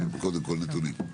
קודם כל נתונים.